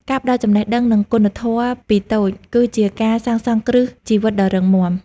ការផ្ដល់ចំណេះដឹង និងគុណធម៌ពីតូច គឺជាការសាងសង់គ្រឹះជីវិតដ៏រឹងមាំ។